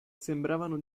sembravano